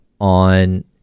on